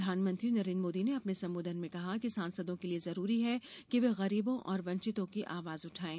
प्रधानमंत्री नरेन्द्र मोदी ने अपने संबोधन में कहा कि सांसदों के लिए जेरूरी हे कि वे गरीबों और वंचितों की आवाज उठाएं